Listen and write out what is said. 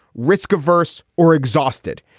risk averse or exhausted,